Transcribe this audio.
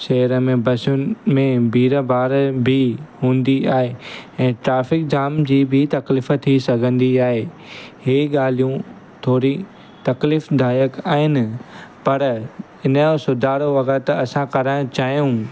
शहर में बसुनि में भीड़ भाड़ बि हूंदी आहे ऐं ट्राफ़िक जाम जी बि तकलीफ़ थी सघंदी आहे इहे ॻाल्हियूं थोरी तकलीफ़ दायक आहिनि पर हिनजो सुधारो अगरि त असां कराइणु चाहियूं